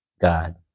God